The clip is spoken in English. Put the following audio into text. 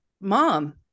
mom